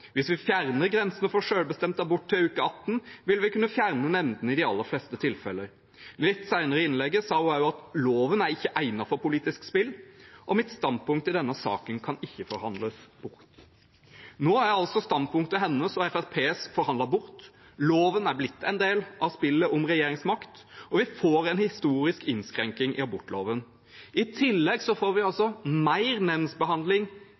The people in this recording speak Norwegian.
Hvis vi utvider grensene for selvbestemt abort til uke 18, ville vi kunne fjerne nemndene i de aller fleste tilfeller.» Litt senere i innlegget sa hun også: «Loven er ikke egnet for politisk spill. Mitt standpunkt i denne saken kan ikke forhandles bort.» Nå er altså standpunktet hennes – og Fremskrittspartiets – forhandlet bort, loven er blitt en del av spillet om regjeringsmakt, og vi får en historisk innskrenking i abortloven. I tillegg får vi